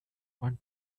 want